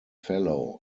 fellow